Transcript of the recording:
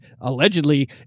allegedly